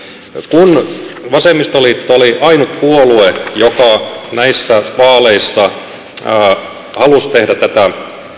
kun vasemmistoliitto oli ainut puolue joka näissä vaaleissa halusi tehdä tätä